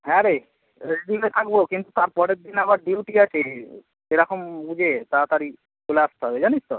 হ্যাঁরে রেডি হয়ে থাকবো কিন্তু তারপরের দিন আমার ডিউটি আছে সেরকম বুঝে তাড়াতাড়ি চলে আসতে হবে জানিস তো